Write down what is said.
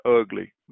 ugly